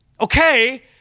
Okay